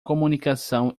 comunicação